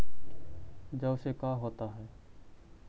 जौ से का होता है?